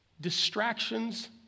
distractions